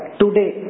today